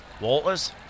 Walters